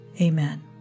Amen